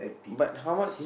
but how much